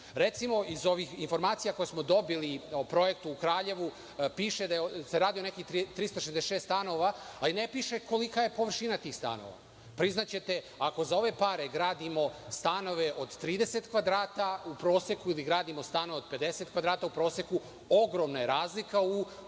Recimo, iz informacija koje smo dobili o projektu u Kraljevu piše da se radi o nekih 366 stanova, ali ne piše kolika je površina tih stanova. Priznaćete, ako za ove pare gradimo stanove od 30 kvadrata u proseku ili gradimo stanove od 50 kvadrata u proseku, ogromna je razlika.